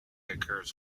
occurs